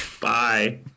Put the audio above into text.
Bye